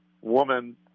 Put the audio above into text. woman